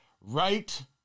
right